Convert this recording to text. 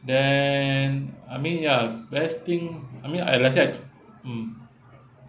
then I mean ya best thing I mean I let's say mm